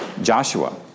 Joshua